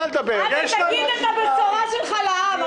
תגידו את הבשורה שלך לעם.